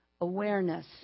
awareness